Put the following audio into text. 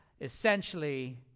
Essentially